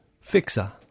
fixer